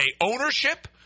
ownership